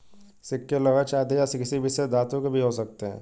सिक्के लोहे चांदी या किसी विशेष धातु के भी हो सकते हैं